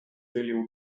filial